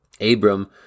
Abram